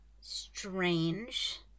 strange